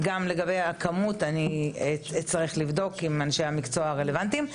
ולגבי הכמות אני אצטרך לבדוק עם אנשי המקצוע הרלוונטיים.